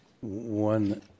one